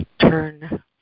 turn